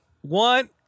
one